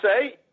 say